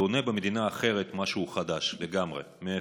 ובונה במדינה אחרת משהו חדש לגמרי מאפס.